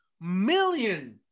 million